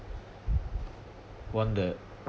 one that